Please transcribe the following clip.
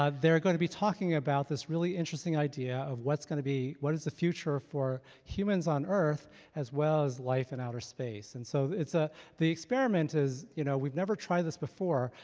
they're going to be talking about this really interesting idea of what's gonna be, what is the future for humans on earth as well as life in outer space? and so, it's, ah the experiment is, you know, we've never tried this before,